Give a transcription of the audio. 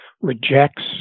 rejects